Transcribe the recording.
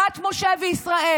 דת משה וישראל.